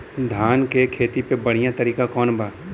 धान के खेती के बढ़ियां तरीका कवन बा?